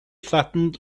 flattened